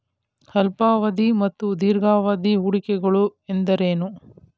ಅಲ್ಪಾವಧಿ ಮತ್ತು ದೀರ್ಘಾವಧಿ ಹೂಡಿಕೆಗಳು ಎಂದರೇನು?